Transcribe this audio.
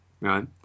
right